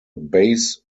base